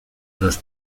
los